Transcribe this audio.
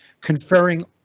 conferring